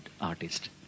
artist